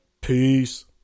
Peace